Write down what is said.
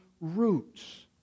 roots